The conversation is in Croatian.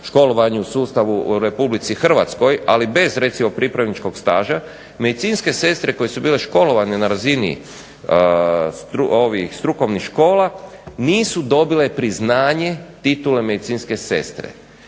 školovanju sustavu u Republici Hrvatskoj, ali bez recimo pripravničkog staža medicinske sestre koje su bile školovane na razini strukovnih škola nisu dobile priznanje titule medicinske sestre.